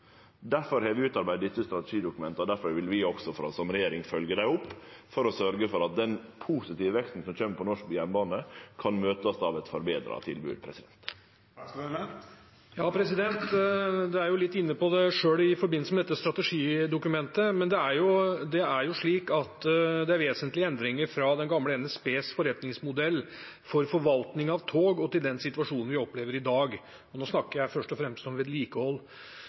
Derfor har vi utarbeidd dette strategidokumentet, og derfor vil vi også som regjering følgje det opp, for å sørgje for at den positive veksten som kjem på norsk jernbane, kan møtast av eit forbetra tilbod. Statsråden er jo litt inne på det selv i forbindelse med dette strategidokumentet, men det er jo slik at det er vesentlige endringer fra det gamle NSBs forretningsmodell for forvaltning av tog og til den situasjonen vi opplever i dag. Nå snakker jeg først og fremst om vedlikehold.